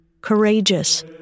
courageous